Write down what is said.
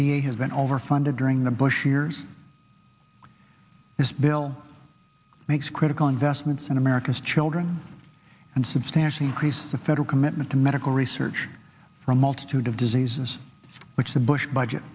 a has been all over funded during the bush years this bill makes critical investments in america's children and substantially increase the federal commitment to medical research for a multitude of diseases which the bush budget